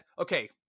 okay